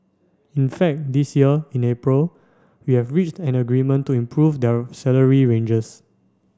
in fact this year in April we have reached an agreement to improve their salary ranges